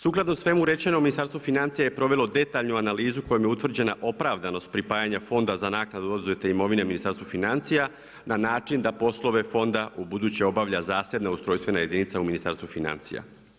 Sukladno svemu rečeno, Ministarstvo financija je provelo detaljnu analizu kojim je utvrđeno opravdanost pripajanja fonda za naknadu oduzete imovine Ministarstvu financija, na način da poslove fonda ubuduće obavlja zaseban ustrojstvena jedinica u Ministarstvu financija.